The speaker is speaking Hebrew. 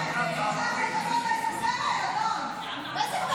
ערבי ------ אדון --- ווליד.